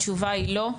התשובה היא לא.